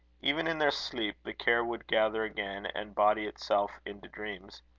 even in their sleep, the care would gather again, and body itself into dreams.